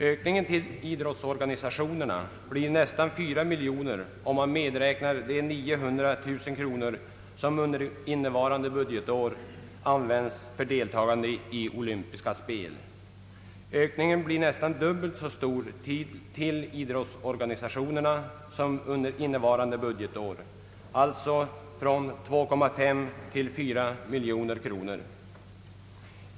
Ökningen till idrottsorganisationerna blir nästan 4 miljoner kronor, om man medräknar de 900 000 kronor som innevarande budgetår använts för deltagande i olympiska spel. Ökningen till idrottsorganisationerna blir nästan dubbelt så stor som under innevarande budgetår, alltså en ökning från 2,5 till 4 miljoner kronor.